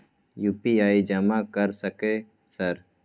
UPI जमा कर सके सर?